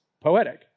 poetic